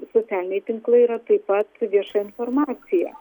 socialiniai tinklai yra taip pat vieša informacija